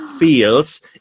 Feels